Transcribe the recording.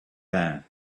there